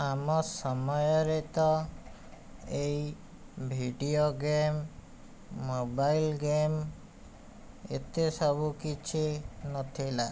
ଆମ ସମୟରେ ତ ଏହି ଭିଡ଼ିଓ ଗେମ୍ ମୋବାଇଲ ଗେମ୍ ଏତେ ସବୁକିଛି ନଥିଲା